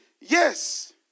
yes